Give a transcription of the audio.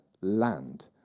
land